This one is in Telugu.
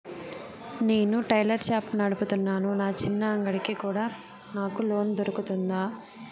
నేను టైలర్ షాప్ నడుపుతున్నాను, నా చిన్న అంగడి కి కూడా నాకు లోను దొరుకుతుందా?